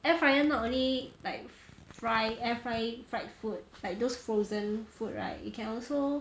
air fryer not only like fry air fry fried food like those frozen food right you can also